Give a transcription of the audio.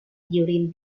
during